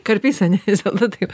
karpys ane vis dėlto taip